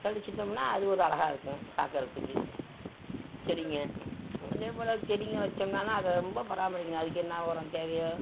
கழிச்சிட்டோம்னா அது ஒரு அழகா இருக்கும் பார்க்கறத்துக்கு செடிங்கள் அதேபோல் செடிங்கள் வச்சோம்னாலும் அதை ரொம்ப பராமரிக்கணும் அதுக்கு என்ன உரம் தேவையோ